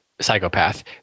psychopath